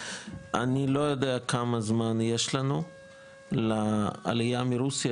אני לא יודע כמה זמן יש לנו לעלייה מרוסיה,